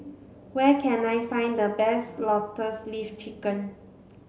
where can I find the best lotus leaf chicken